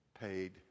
paid